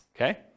Okay